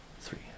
Three